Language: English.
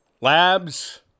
labs